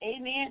Amen